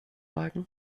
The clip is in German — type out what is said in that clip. balken